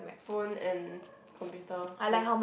phone and computer both